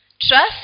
Trust